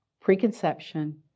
preconception